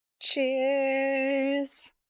cheers